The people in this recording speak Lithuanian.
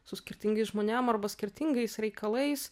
su skirtingais žmonėm arba skirtingais reikalais